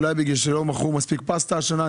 אולי בגלל שלא מכרו מספיק פסטה השנה.